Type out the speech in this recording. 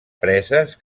preses